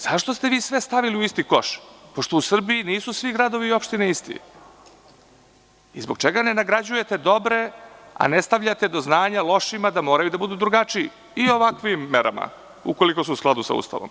Zašto ste sve stavili u isti koš, pošto u Srbiji nisu svi gradovi i opštine isti i zbog čega ne nagrađujete dobre a ne stavljate do znanja lošima da moraju da budu drugačiji i ovakvim merama ukoliko su u skladu sa Ustavom?